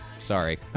sorry